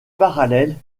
parallèles